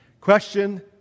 Question